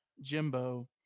Jimbo